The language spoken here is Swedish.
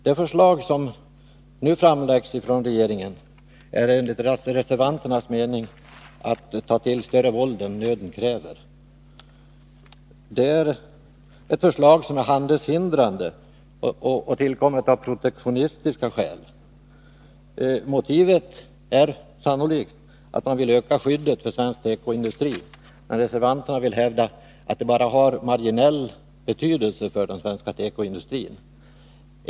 Det förslag som nu framlagts av regeringen innebär enligt reservanternas mening att man tar till större våld än nöden kräver. Förslaget är handelshindrande och har tillkommit av protektionistiska skäl. Motivet är sannolikt att man vill öka skyddet för svensk tekoindustri, men reservanterna vill hävda att det har bara marginell betydelse för den svenska tekoindustrin.